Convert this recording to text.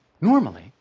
Normally